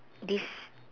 this